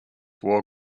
war